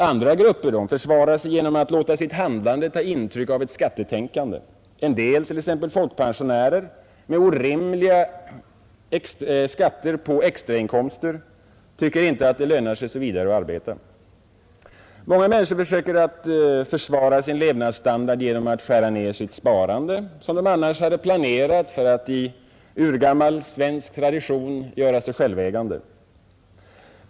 Andra grupper försvarar sig genom att låta sitt handlande ta intryck av ett skattetänkande. En del, t.ex. folkpensionärer, med orimliga skatter på extrainkomster, tycker inte att det lönar sig något vidare att arbeta. Många människor försöker försvara sin levnadsstandard genom att skära ned sitt sparande, som de annars hade planerat för att enligt urgammal svensk tradition göra till självägande.